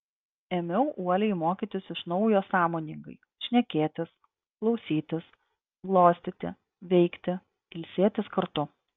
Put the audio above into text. ėmiau uoliai mokytis iš naujo sąmoningai šnekėtis klausytis glostyti veikti ilsėtis kartu